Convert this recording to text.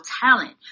talent